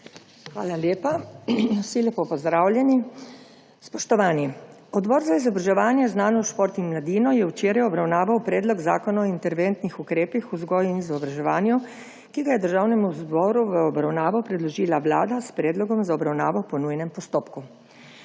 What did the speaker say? Hvala lepa. Vsi lepo pozdravljeni. Spoštovani! Odbor za izobraževanje, znanost, šport in mladino je včeraj obravnaval Predlog zakona o interventnih ukrepih v vzgoji in izobraževanju, ki ga je Državnemu zboru v obravnavo predložila Vlada s predlogom za obravnavo po nujnem postopku.